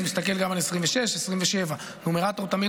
זה מסתכל גם על 2026 2027. נומרטור תמיד